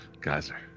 Geyser